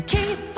Keep